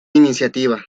iniciativa